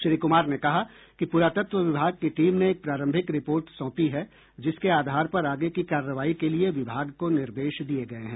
श्री कुमार ने कहा कि पुरातत्व विभाग की टीम ने एक प्रारंभिक रिपोर्ट सौंपी है जिसके आधार पर आगे की कार्रवाई के लिये विभाग को निर्देश दिये गये हैं